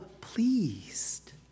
pleased